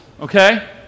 okay